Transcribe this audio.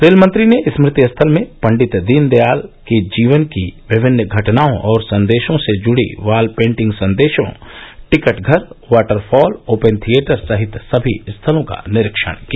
रेलमंत्री ने स्मृति स्थल में पंडित दीनदयाल के जीवन की विभिन्न घटनाओं और संदेशों से जुड़ी वॉल पेंटिंग संदेशों टिकट घर वाटर फॉल ओपेन थिएटर सहित सभी स्थलों का निरीक्षण किया